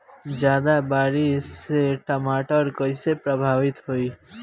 ज्यादा बारिस से टमाटर कइसे प्रभावित होयी?